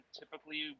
typically